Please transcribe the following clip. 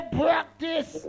practice